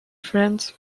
friends